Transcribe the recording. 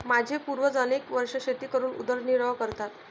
माझे पूर्वज अनेक वर्षे शेती करून उदरनिर्वाह करतात